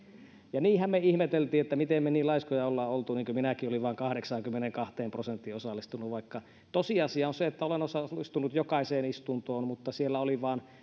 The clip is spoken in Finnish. ja niinhän me ihmettelimme että miten me niin laiskoja olemme olleet minäkin olin vain kahdeksaankymmeneenkahteen prosenttiin osallistunut vaikka tosiasia on se että olen osallistunut jokaiseen istuntoon mutta siellä olivat